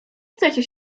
chcecie